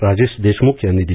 राजेश देशमुख यांनी दिली